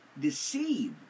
deceive